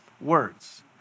words